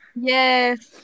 Yes